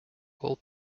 all